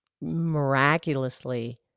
miraculously